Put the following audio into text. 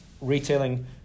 retailing